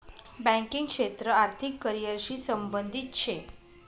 banking क्षेत्र आर्थिक career शी संबंधित शे